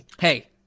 Hey